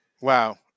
Wow